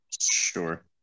Sure